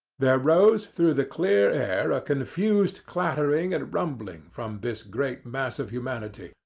there rose through the clear air a confused clattering and rumbling from this great mass of humanity,